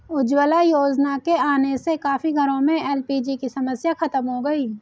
उज्ज्वला योजना के आने से काफी घरों में एल.पी.जी की समस्या खत्म हो गई